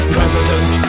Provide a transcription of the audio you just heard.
President